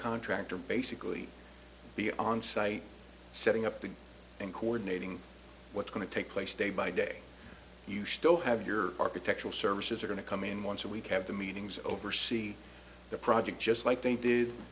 contractor basically be onsite setting up the and coordinating what's going to take place day by day you still have your architectural services are going to come in once a week have the meetings oversee the project just like they did